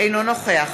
אינו נוכח